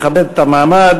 לכבד את המעמד,